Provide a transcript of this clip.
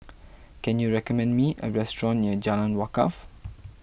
can you recommend me a restaurant near Jalan Wakaff